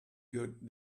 good